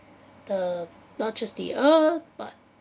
the not just the earth but